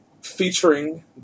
featuring